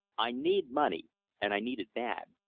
i need money and i need it bad.